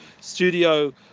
studio